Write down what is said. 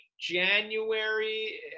January